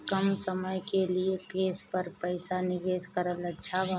कम समय के लिए केस पर पईसा निवेश करल अच्छा बा?